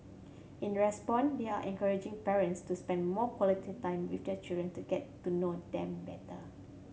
in response they are encouraging parents to spend more quality time with their children to get to know them better